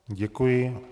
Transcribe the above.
Děkuji.